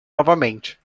novamente